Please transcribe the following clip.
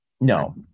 No